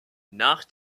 nach